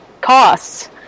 costs